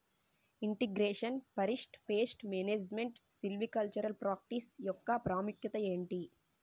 integration forest pest management silvicultural practice యెక్క ప్రాముఖ్యత ఏంటి